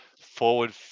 forward